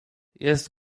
jest